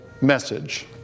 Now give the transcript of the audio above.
message